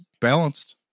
balanced